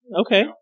Okay